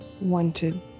wanted